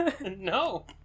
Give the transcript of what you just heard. No